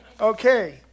Okay